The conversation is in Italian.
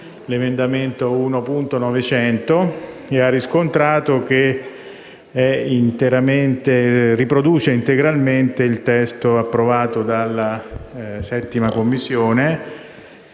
l'emendamento 1.900 e ha riscontrato che esso riproduce integralmente il testo approvato dalla 7a Commissione,